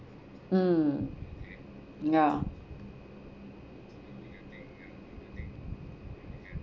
mm ya